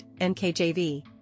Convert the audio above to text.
NKJV